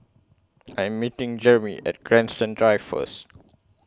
I Am meeting Jereme At Grandstand Drive First